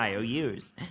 IOUs